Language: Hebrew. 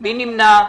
מי נמנע?